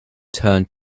turned